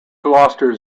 gloucester